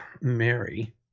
Mary